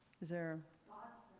is there thoughts.